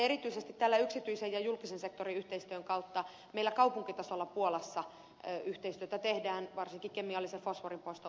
erityisesti yksityisen ja julkisen sektorin yhteistyön kautta meillä kaupunkitasolla puolassa tehdään yhteistyötä varsinkin kemiallisen fosforinpoiston osalta